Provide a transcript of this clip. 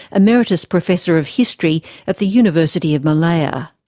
emeritus professor of history at the university of malaya.